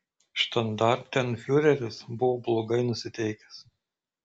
štandartenfiureris buvo blogai nusiteikęs